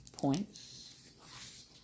points